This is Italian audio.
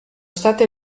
state